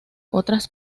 otras